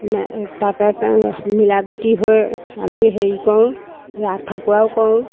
তাতে তেও মিলা প্ৰীতি হৈ আমি হেৰি কৰোঁ ৰাস ফাকুৱাও কৰোঁ